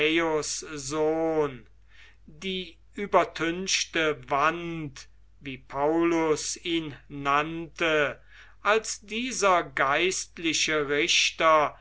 die übertünchte wand wie paulus ihn nannte als dieser geistliche richter